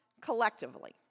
collectively